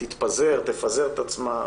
תתפזר, תפזר את עצמה.